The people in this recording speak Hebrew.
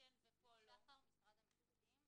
את הפניות כביכול המתגברות אל המשטרה.